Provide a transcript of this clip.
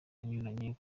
anyuranye